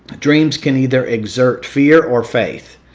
dreams can either exert fear or faith.